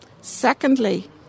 Secondly